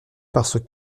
parce